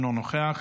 אינו נוכח,